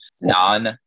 non-